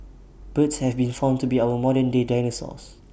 birds have been found to be our modern day dinosaurs